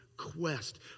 quest